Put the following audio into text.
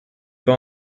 pas